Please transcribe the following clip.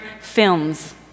films